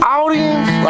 audience